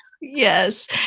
Yes